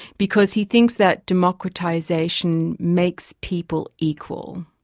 because he thinks that democratisation makes people equal.